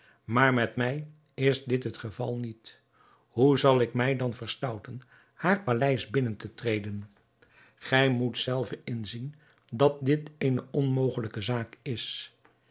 maar met mij is dit het geval niet hoe zal ik mij dan verstouten haar paleis binnen te treden gij moet zelve inzien dat dit eene onmogelijke zaak is